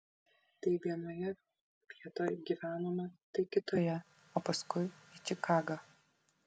tai vienoje vietoj gyvenome tai kitoje o paskui į čikagą